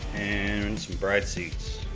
and some bride seats.